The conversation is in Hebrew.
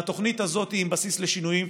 והתוכנית הזאת היא עם בסיס לשינויים,